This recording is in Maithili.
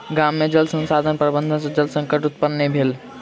गाम में जल संसाधन प्रबंधन सॅ जल संकट उत्पन्न नै भेल